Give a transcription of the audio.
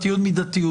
מידתיות,